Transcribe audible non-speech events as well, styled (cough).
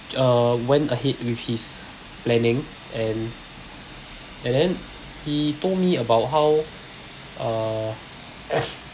uh went ahead with his planning and and then he told me about how uh (noise)